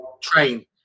train